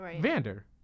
Vander